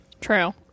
True